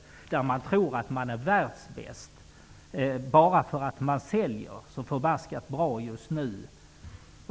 Svenska småföretagare tror att de är världsbäst, bara för att de säljer så förbaskat bra just nu.